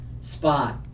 spot